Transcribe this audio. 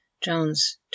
Jones